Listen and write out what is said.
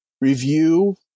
review